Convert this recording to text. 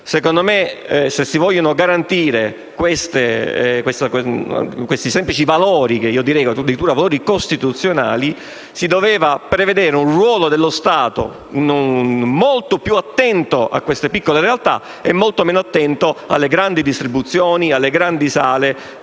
Se si volevano garantire questi semplici valori - che definirei addirittura costituzionali - si doveva prevedere un ruolo dello Stato molto più attento a queste piccole realtà e molto meno attento alle grandi distribuzioni e alle grandi sale,